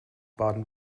baden